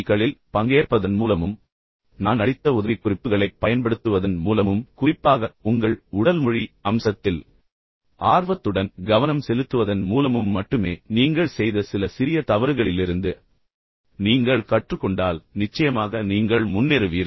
களில் பங்கேற்பதன் மூலமும் நான் அளித்த உதவிக்குறிப்புகளைப் பயன்படுத்துவதன் மூலமும் குறிப்பாக உங்கள் உடல் மொழி அம்சத்தில் மிகவும் ஆர்வத்துடன் மிக நெருக்கமாக கவனம் செலுத்துவதன் மூலமும் மட்டுமே நீங்கள் செய்த சில சிறிய தவறுகளிலிருந்து நீங்கள் கற்றுக்கொண்டால் நிச்சயமாக நீங்கள் முன்னேறுவீர்கள்